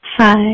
Hi